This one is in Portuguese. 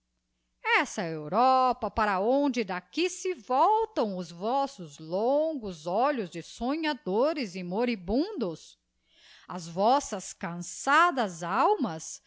essa europa para onde d'aqui se voltam os vossos longos olhos de sonhadores e moribundos as vossas cançadas almas